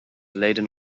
laden